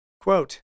Quote